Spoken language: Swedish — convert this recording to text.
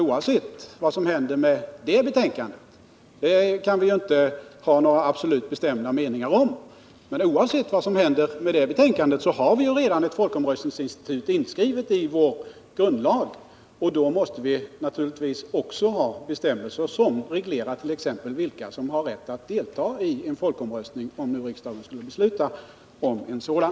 Oavsett vad som händer med det betänkandet — härom kan vi ju inte ha några absolut bestämda meningar — har vi redan ett folkomröstningsinstitut inskrivet i vår grundlag. Då måste vi naturligtvis också ha bestämmelser, som reglerar t.ex. vilka som har rätt att delta i en folkomröstning för den händelse att riksdagen skulle besluta om en sådan.